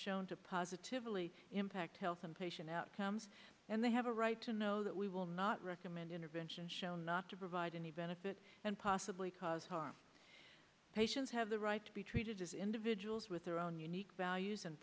shown to positively impact health and patient outcomes and they have a right to know that we will not recommend intervention show not to provide any benefit and possibly cause harm patients have the right to be treated as individuals with their own unique values and